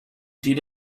did